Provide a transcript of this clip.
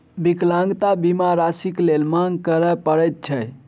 विकलांगता बीमा राशिक लेल मांग करय पड़ैत छै